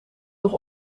nog